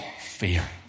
Fear